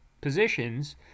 positions